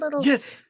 Yes